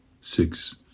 six